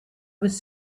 was